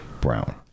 Brown